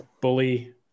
Bully